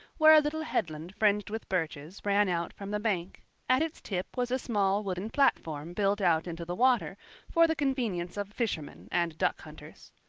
where a little headland fringed with birches ran out from the bank at its tip was a small wooden platform built out into the water for the convenience of fishermen and duck hunters.